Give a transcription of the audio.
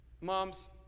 Moms